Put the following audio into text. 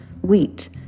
wheat